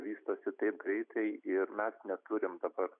vystosi taip greitai ir mes neturim dabar